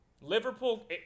Liverpool